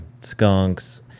skunks